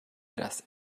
das